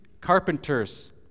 carpenters